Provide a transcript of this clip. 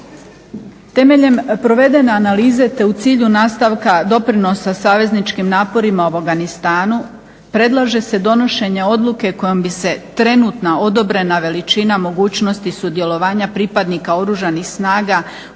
Temeljem provedene analize te u cilju nastavka doprinosa savezničkim naporima u Afganistanu predlaže se donošenje odluke kojom bi se trenutna odobrena veličina mogućnosti sudjelovanja pripadnika Oružanih snaga u 2012.